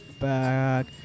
back